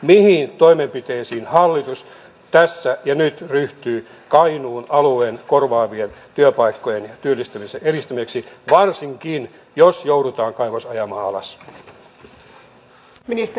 mihin toimenpiteisiin hallitus tässä ja nyt ryhtyy kainuun alueen korvaavien työpaikkojen ja työllistämisen edistämiseksi varsinkin jos joudutaan kaivos ajamaan alas